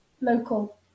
local